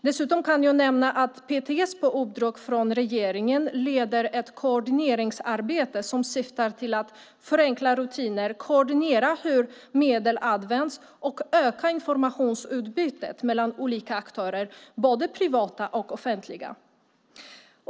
Dessutom kan jag nämna att PTS på uppdrag av regeringen leder ett koordineringsarbete som syftar till att förenkla rutiner, koordinera hur medel används och öka informationsutbytet mellan olika aktörer, både privata och offentliga.